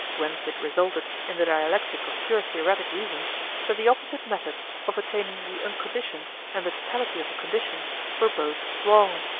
whence it resulted in the dialectic of pure theoretic reason that the opposite methods of attaining the unconditioned and the totality of the conditions were both wrong.